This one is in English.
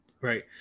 Right